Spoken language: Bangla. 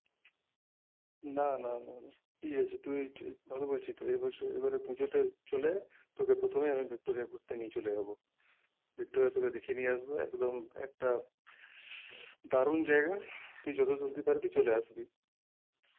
না না না ঠিক আছে তুই ভালো করেছিস তো এইবারে পুজোতে চলে আয় তোকে প্রথমেই আমি ভিক্টোরিয়া ঘুরতে নিয়ে চলে যাবো ভিক্টোরিয়া তোকে দেখিয়ে নিয়ে আসবো একদম একটা দারুন জায়গা তুই যত জলদি পারবি চলে আসবি